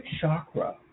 chakra